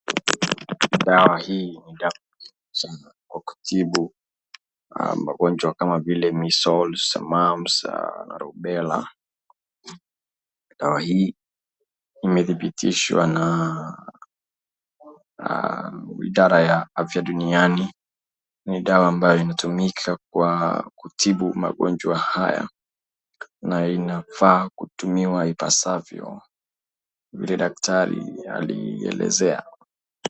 Dawa hii ni dawa sana kwa kutibu magonjwa kama vile Measles, Mums, Arobela. Dawa hii imedhibitishwa na idhara ya afya duniani, ni dawa ambayo inayotumika kwa kutibu magonjwa haya, na inafaa kutumiwa ipasavyo vile daktari alielezea.